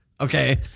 Okay